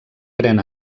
pren